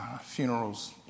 funerals